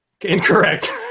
Incorrect